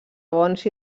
bons